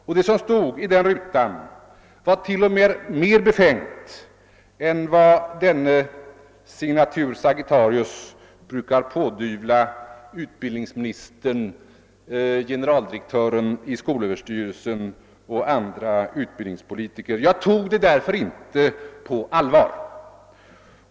Vad som stod i den rutan var till och med mer befängt än vad denne Sagittarius brukar pådyvla utbildningsministern, generaldirektören för skolöverstyrelsen och andra utbildningspolitiker. Jag tog det därför inte på allvar.